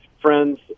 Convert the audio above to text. friends